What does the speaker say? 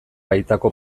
baitako